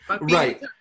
Right